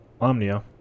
omnia